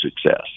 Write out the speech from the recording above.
success